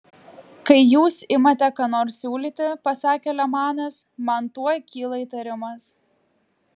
kai jūs imate ką nors siūlyti pasakė lemanas man tuoj kyla įtarimas